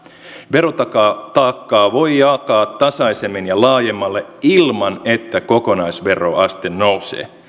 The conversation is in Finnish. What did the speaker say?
verotaakkaa voi jakaa tasaisemmin ja laajemmalle ilman että kokonaisveroaste nousee